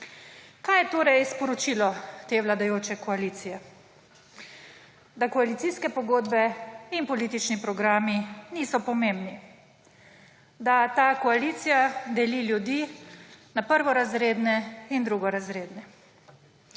Kaj je torej sporočilo te vladajoče koalicije? Da koalicijske pogodbe in politični programi niso pomembni, da ta koalicija deli ljudi na prvorazredne in drugorazredne.